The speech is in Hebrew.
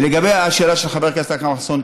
לגבי השאלה של חבר הכנסת אכרם חסון.